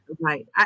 right